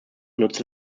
nutzte